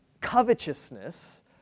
covetousness